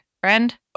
friend